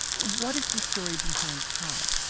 what is the story behind cod?